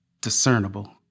discernible